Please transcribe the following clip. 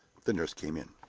the nurse came in.